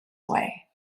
way